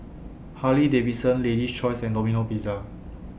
Harley Davidson Lady's Choice and Domino Pizza